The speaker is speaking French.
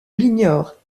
l’ignore